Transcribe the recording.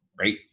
right